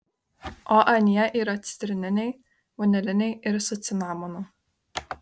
o anie yra citrininiai vaniliniai ir su cinamonu